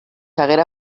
haguera